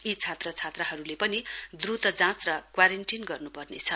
यी छात्र छात्राहरूले पनि द्रुत जाँच र क्वारेन्टिन गर्नुपर्नेछ